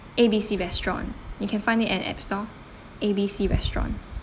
A B C restaurant you can find it at app store A B C restaurant